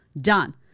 done